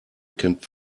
kennt